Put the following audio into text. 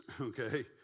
okay